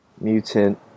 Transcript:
Mutant